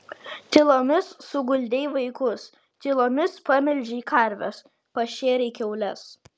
tylomis suguldei vaikus tylomis pamelžei karves pašėrei kiaules